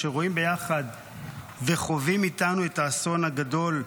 שרואים ביחד וחווים איתנו את האסון הגדול,